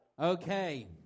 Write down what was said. Okay